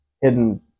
hidden